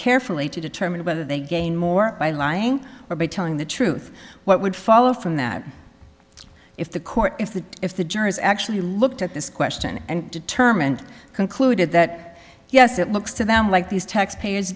carefully to determine whether they gain more by lying or by telling the truth what would follow from that if the court if the if the jurors actually looked at this question and determined concluded that yes it looks to them like these text payers